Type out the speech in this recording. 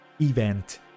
event